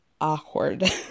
awkward